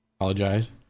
Apologize